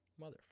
Motherfucker